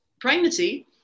pregnancy